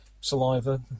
saliva